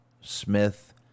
Smith